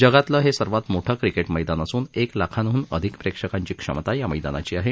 जगातले हे सर्वात मोठे क्रिकेट मैदान असून एक लाखांहून अधिक प्रेक्षकांची क्षमता या मैदानाची आहे